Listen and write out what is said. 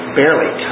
barely